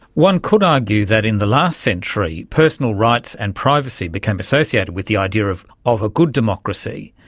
one could argue that in the last century personal rights and privacy became associated with the idea of of a good democracy.